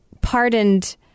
pardoned